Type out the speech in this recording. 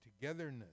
togetherness